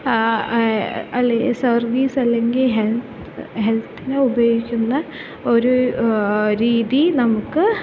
അല്ലെങ്കിൽ സ സർവീസല്ലെങ്കിൽ ഹെൽത്ത് ഹെൽത്തിന് ഉപയോഗിക്കുന്ന ഒരു രീതി നമുക്ക്